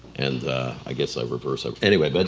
and i guess i revert, so anyway. but,